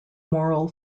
moral